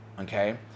okay